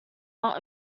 not